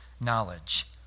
knowledge